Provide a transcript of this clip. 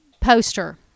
Poster